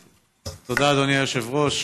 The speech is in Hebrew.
תודה, אדוני היושב-ראש.